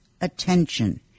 attention